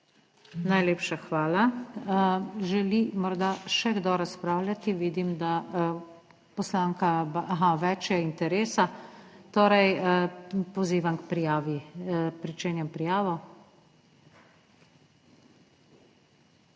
Najlepša hvala. Želi morda še kdo razpravljati? (Da.) Vidim, da poslanka…, aha, več je interesa, torej, pozivam k prijavi. Pričenjam prijavo.